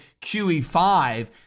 QE5